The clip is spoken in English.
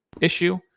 issue